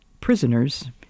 prisoners